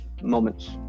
moments